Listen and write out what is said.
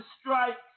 strike